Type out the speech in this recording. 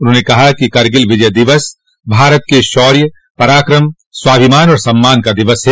उन्होंने कहा कि करगिल विजय दिवस भारत के शौर्य पराक्रम स्वाभिमान और सम्मान का दिवस है